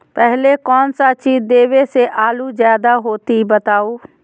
पहले कौन सा चीज देबे से आलू ज्यादा होती बताऊं?